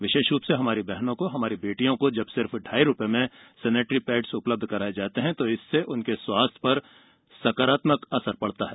विशेष रूप से हमारी बहनों को हमारी बेटियों को जब सिर्फ ढाई रूपए में सेनिट्री पैड्स उपलब्ध कराएं जाते हैं तो इससे उनके स्वास्थ्य उस पर एक सकारात्मक असर पड़ता है